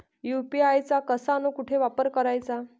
UPI चा कसा अन कुटी वापर कराचा?